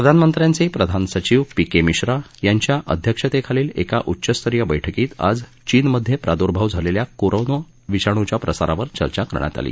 प्रधानमंत्र्यांचे प्रधान सचिव पी के मिश्रा यांच्या अध्यक्षतेखालील एका उच्चस्तरीय बैठकीत आज चीनमधे प्राद्र्भाव झालेल्या कोरोना विषाणूच्या प्रसारावर चर्चा करण्यात आली